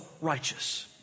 righteous